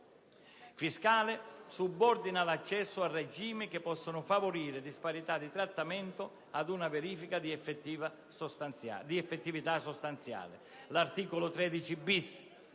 fiscale, subordina l'accesso a regimi che possono favorire disparità di trattamento ad una verifica di effettività sostanziale.